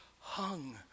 hung